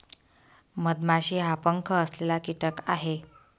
मधमाशी हा पंख असलेला कीटक आहे